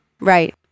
Right